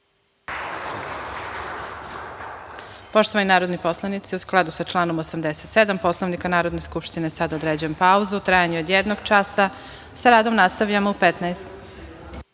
Poštovani narodni poslanici, u skladu sa članom 87. Poslovnika Narodne skupštine, sada određujem pauzu u trajanju od jednog časa. Sa radom nastavljamo u 15.00